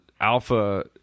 alpha